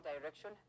direction